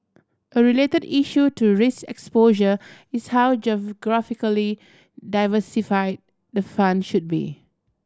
a related issue to risk exposure is how geographically diversified the fund should be